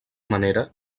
manera